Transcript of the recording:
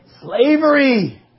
slavery